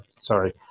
sorry